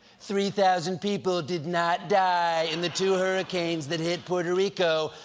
three thousand people did not die in the two hurricanes that hit puerto rico.